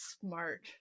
smart